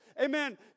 amen